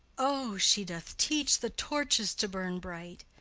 o, she doth teach the torches to burn bright!